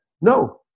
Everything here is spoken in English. No